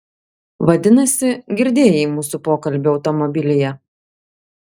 vadinasi girdėjai mūsų pokalbį automobilyje